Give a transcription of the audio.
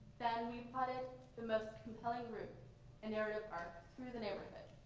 then we plotted the most compelling route and narrative art through the neighborhood,